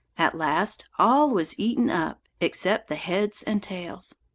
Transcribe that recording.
at last all was eaten up, except the heads and tails.